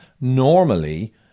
normally